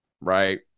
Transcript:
Right